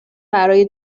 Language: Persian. برای